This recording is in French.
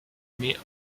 met